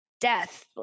Death